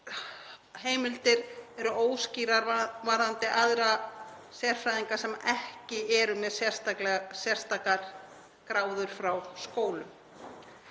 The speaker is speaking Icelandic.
heimildir eru óskýrar varðandi aðra sérfræðinga sem ekki eru með sérstakar gráður frá skólum.